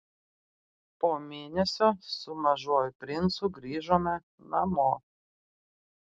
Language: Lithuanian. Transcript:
po mėnesio su mažuoju princu grįžome namo